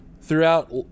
throughout